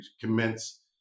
commence